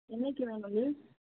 என்றைக்கு வேணும் லீவ்